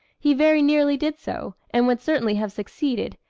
he very nearly did so, and would certainly have succeeded,